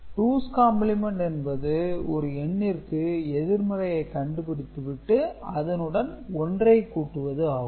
two's complement என்பது ஒரு எண்ணிற்கு எதிர்மறையை கண்டுபிடித்து விட்டு அதனுடன் ஒன்றை கூட்டுவது ஆகும்